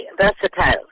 versatile